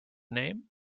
name